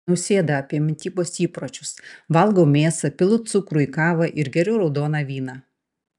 nausėda apie mitybos įpročius valgau mėsą pilu cukrų į kavą ir geriu raudoną vyną